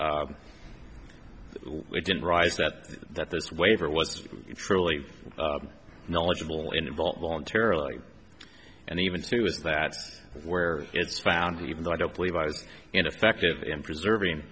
we didn't write that that this waiver was truly knowledgeable in bulk voluntarily and even too is that where it's found even though i don't believe i was ineffective in preserving